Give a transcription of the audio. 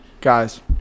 guys